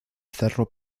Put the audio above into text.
cerro